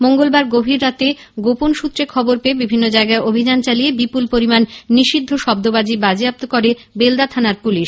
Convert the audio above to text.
মঙ্গলবার গভীর রাতে গোপন সৃত্রে খবর পেয়ে বিভিন্ন জায়গায় অভিযান চালিয়ে বিপুল পরিমাণ নিষিদ্ধ শব্দবাজি বাজেয়াপ্ত করে বেলদা থানার পুলিশ